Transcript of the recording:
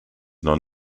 non